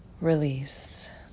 release